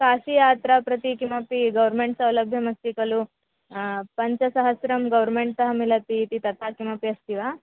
काशियात्रां प्रति किमपि गौर्मेण्ट् सौलभ्यमस्ति खलु पञ्चसहस्रं गौर्मेण्ट् सः मिलति इति तथा किमपि अस्ति वा